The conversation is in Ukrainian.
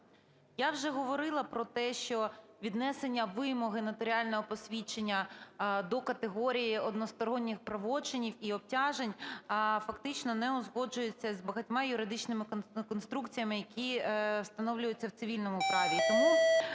Я вже говорила про те, що віднесення вимоги нотаріального посвідчення до категорії односторонніх правочинів і обтяжень фактично не узгоджується з багатьма юридичними конструкціями, які встановлюються в цивільному праві.